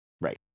Right